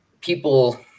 people